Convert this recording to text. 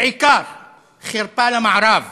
בעיקר חרפה למערב,